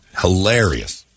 Hilarious